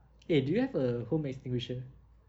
eh do you have a home extinguisher